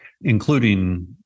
including